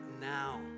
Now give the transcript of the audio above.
now